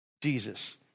Jesus